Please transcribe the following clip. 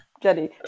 jenny